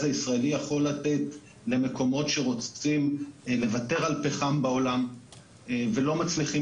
הישראלי יכול לתת למקומות שרוצים לוותר על פחם בעולם ולא מצליחים